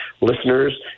listeners